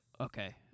Okay